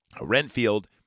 Renfield